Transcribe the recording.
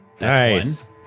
Nice